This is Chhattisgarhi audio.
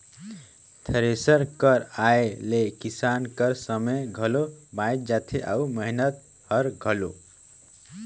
थेरेसर कर आए ले किसान कर समे घलो बाएच जाथे अउ मेहनत हर घलो